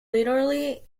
literary